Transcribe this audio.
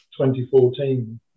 2014